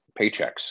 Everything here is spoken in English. Paychecks